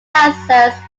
kansas